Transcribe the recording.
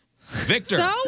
Victor